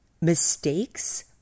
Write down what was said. mistakes